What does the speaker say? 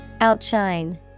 Outshine